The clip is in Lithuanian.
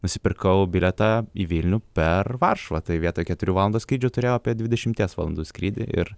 nusipirkau bilietą į vilnių per varšuvą tai vietoj keturių valandų skrydžio turėjau apie dvidešimties valandų skrydį ir